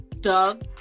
Doug